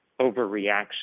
overreaction